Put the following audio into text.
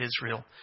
Israel